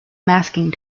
masking